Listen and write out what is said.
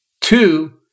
Two